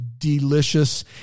delicious